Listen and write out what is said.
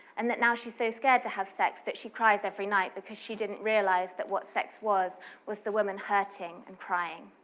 and that now she's so scared to have sex, she cries every night, because she didn't realize that what sex was was the woman hurting and crying.